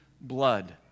blood